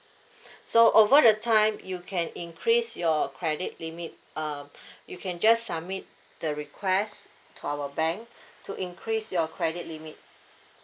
so over the time you can increase your credit limit um you can just submit the request to our bank to increase your credit limit